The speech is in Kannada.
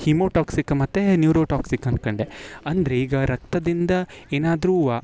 ಹಿಮೋಟಾಕ್ಸಿಕ ಮತ್ತೆ ನ್ಯೂರೋಟಾಕ್ಸಿಕ ಅಂದ್ಕೊಂಡೆ ಅಂದರೆ ಈಗ ರಕ್ತದಿಂದ ಏನಾದ್ರೂ